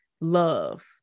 love